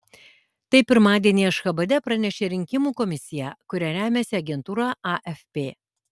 tai pirmadienį ašchabade pranešė rinkimų komisija kuria remiasi agentūra afp